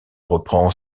reprend